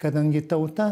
kadangi tauta